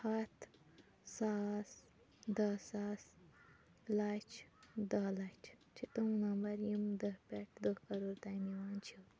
ہَتھ ساس دَہ ساس لَچھ دَہ لَچھ چھِ تِم نمبَر یِم دَہ پٮ۪ٹھ دَہ دَہ کَرور تام یِوان چھِ